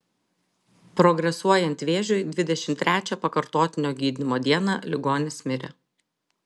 progresuojant vėžiui dvidešimt trečią pakartotinio gydymo dieną ligonis mirė